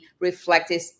reflective